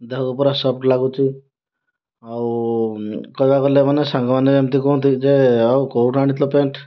ଦେହକୁ ପୁରା ସଫ୍ଟ ଲାଗୁଛି ଆଉ କହିବାକୁ ଗଲେ ମାନେ ସାଙ୍ଗମାନେ ଏମତି କୁହନ୍ତି ଯେ ଆଉ କେଉଁଠୁ ଆଣିଥିଲୁ ପ୍ୟାଣ୍ଟ